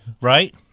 Right